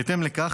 בהתאם לכך,